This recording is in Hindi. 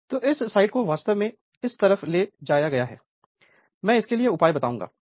Refer Slide Time 1559 तो इस साइडको वास्तव में इस तरफ ले जाया गया हैमैं इसके लिए उपाय बताऊंगा